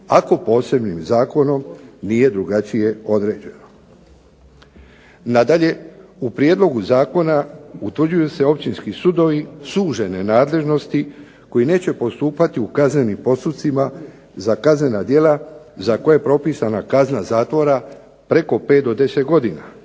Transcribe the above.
ako posebnim zakonom nije drugačije određeno. Nadalje, u prijedlogu zakona utvrđuju se općinski sudovi sužene nadležnosti koji neće postupati u kaznenim postupcima za kaznena djela za koje je propisana kazna zatvora preko 5 do 10 godina,